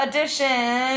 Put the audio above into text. Edition